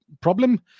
problem